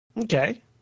Okay